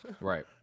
Right